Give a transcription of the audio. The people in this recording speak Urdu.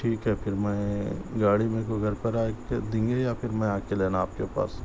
ٹھیک ہے پھر میں گاڑی میرے کو گھر پر آکے دیں گے یا پھر میں آکے لینا آپ کے پاس